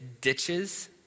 ditches